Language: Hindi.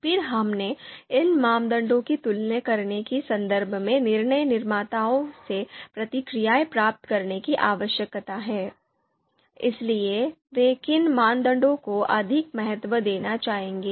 फिर हमें इन मानदंडों की तुलना करने के संदर्भ में निर्णय निर्माताओं से प्रतिक्रियाएं प्राप्त करने की आवश्यकता है इसलिए वे किन मानदंडों को अधिक महत्व देना चाहेंगे